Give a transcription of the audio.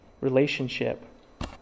relationship